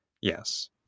Yes